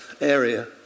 area